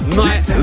night